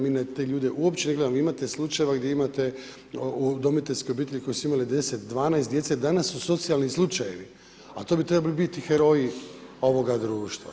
Mi na te ljude uopće ne gledamo, vi imate slučajeva gdje imate udomiteljske obitelji koji su imale 10, 12 djece, danas su socijalni slučajevi, a to bi trebali biti heroji ovoga društva.